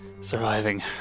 Surviving